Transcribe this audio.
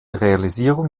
realisierung